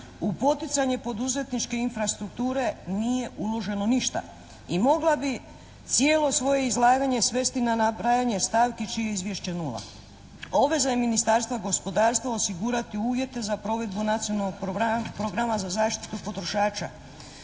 u poticanje poduzetničke infrastrukture nije uloženo ništa i mogla bih cijelo svoje izlaganje svesti na nabrajanje stavki čije je izvješće nula. Obveza je Ministarstva gospodarstva osigurati uvjete za provedbu Nacionalnog programa